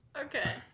Okay